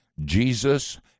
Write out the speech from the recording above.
Jesus